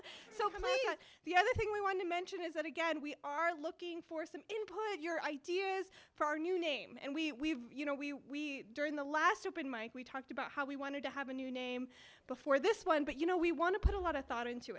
please the other thing we want to mention is that again we are looking for some input your ideas for our new name and we you know we during the last open mike we talked about how we wanted to have a new name before this one but you know we want to put a lot of thought into